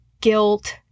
guilt